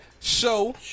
show